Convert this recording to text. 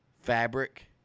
fabric